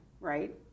right